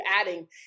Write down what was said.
adding